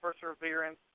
perseverance